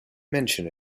mention